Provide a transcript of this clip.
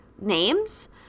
names